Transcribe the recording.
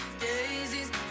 daisies